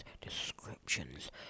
descriptions